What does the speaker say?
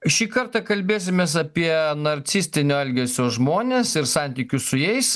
šį kartą kalbėsimės apie narcistinio elgesio žmones ir santykius su jais